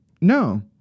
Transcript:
No